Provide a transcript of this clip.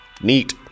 Neat